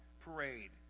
parade